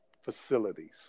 facilities